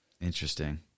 Interesting